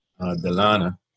Delana